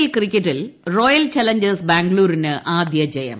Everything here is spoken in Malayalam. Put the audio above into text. എൽ ക്രിക്കറ്റിൽ റോയൽ ചലഞ്ചേഴ്സ് ബാംഗ്ലൂരിന് ആദ്യ ജയം